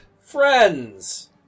Friends